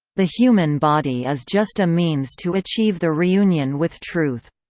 the human body is just a means to achieve the reunion with truth.